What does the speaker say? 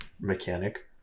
mechanic